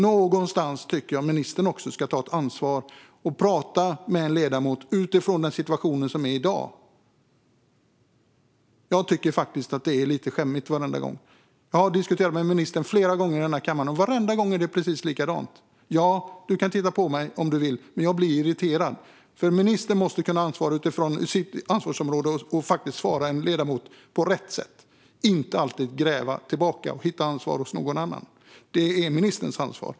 Någonstans tycker jag att ministern också ska ta ett ansvar och prata med en ledamot utifrån den situation som är i dag. Det är faktiskt lite skämmigt varenda gång. Jag har diskuterat med ministern flera gånger i kammaren. Varenda gång är det precis likadant. Ja, du kan titta på mig om du vill! Men jag blir irriterad. Ministern måste kunna svara en ledamot på rätt sätt utifrån sitt ansvarsområde och och inte alltid gräva tillbaka och hitta ansvar hos någon annan. Det är ministerns ansvar.